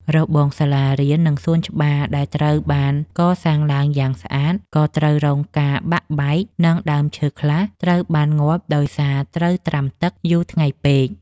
របងសាលារៀន និងសួនច្បារដែលត្រូវបានកសាងឡើងយ៉ាងស្អាត ក៏ត្រូវរងការបាក់បែក និងដើមឈើខ្លះត្រូវបានងាប់ដោយសារត្រូវត្រាំទឹកយូរថ្ងៃពេក។